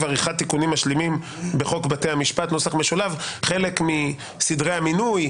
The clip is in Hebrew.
עריכת תיקונים משלימים בחוק בתי המשפט " חלק מסדרי המינוי,